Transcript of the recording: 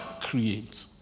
create